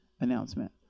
announcement